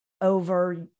over